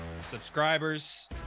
subscribers